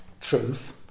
truth